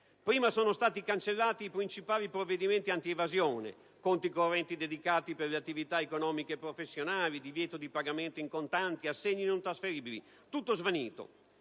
Prima sono stati cancellati i principali provvedimenti antievasione (conti correnti dedicati per le attività economiche e professionali, divieto di pagamento in contanti, assegni non trasferibili: tutto svanito).